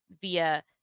via